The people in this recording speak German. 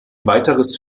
weiteres